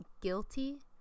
guilty